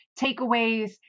takeaways